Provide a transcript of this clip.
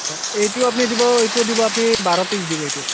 আচ্ছা এইটো আপুনি দিব এইটো দিব আপুনি বাৰ পিচ দিব এইটো